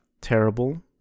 terrible